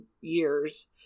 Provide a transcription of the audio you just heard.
years